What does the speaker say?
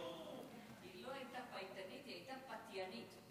היא לא הייתה פייטנית, היא הייתה פתיינית.